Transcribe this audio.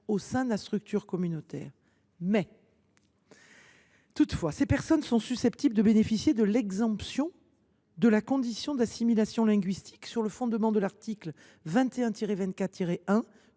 au sein de la structure communautaire. Toutefois, ces personnes sont susceptibles de bénéficier de l’exemption de la condition d’assimilation linguistique sur le fondement de l’article 21 24 1